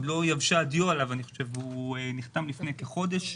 שעוד לא יבשה הדיו עליו, הוא נחתם לפני כחודש.